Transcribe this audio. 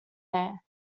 there